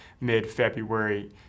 mid-February